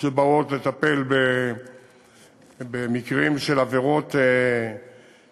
שבאות לטפל במקרים של עבירות קשות,